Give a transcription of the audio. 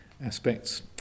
aspects